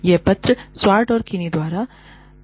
यह पत्र स्वार्ट और किनी द्वारा है